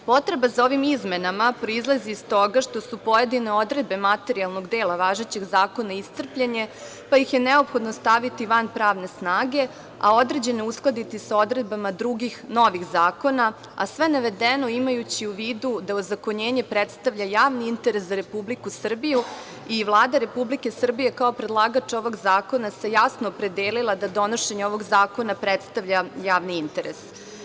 Potreba za ovim izmenama proizlazi iz toga što su pojedine odredbe materijalnog dela važećeg zakona iscrpljene, pa ih je neophodno staviti van pravne snage, a određene uskladiti sa odredbama drugih novih zakona, a sve navedeno, imajući u vidu da ozakonjenje predstavlja javni interes za Republiku Srbiju i Vlada Republike Srbije kao predlagač ovog zakona se jasno opredelila da donošenje ovog zakona predstavlja javni interes.